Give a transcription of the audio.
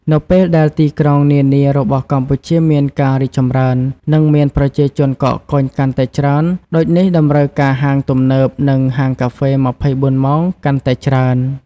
នៅពេលដែលទីក្រុងនានារបស់កម្ពុជាមានការរីកចម្រើន និងមានប្រជាជនកកកុញកាន់តែច្រើន ដូចនេះតម្រូវការហាងទំនើប និងហាងកាហ្វេ ២៤ម៉ោងកាន់តែច្រើន។